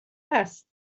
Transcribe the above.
است